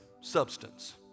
substance